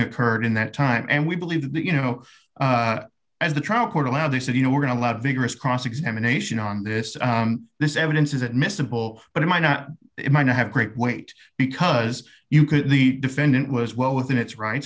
occurred in that time and we believe that you know as the trial court allowed they said you know we're going to lead a vigorous cross examination on this this evidence is admissible but it might not it might not have great weight because you could the defendant was well within its rights